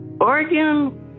Oregon